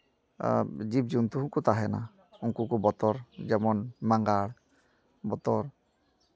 ᱡᱤᱵᱽᱼᱡᱚᱱᱛᱩ ᱦᱚᱠᱚ ᱛᱟᱦᱮᱱᱟ ᱩᱱᱠᱩ ᱚ ᱵᱚᱛᱚᱨ ᱡᱮᱢᱚᱱ ᱢᱟᱸᱜᱟᱲ ᱵᱚᱛᱚᱨ